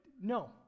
No